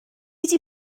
wedi